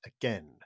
again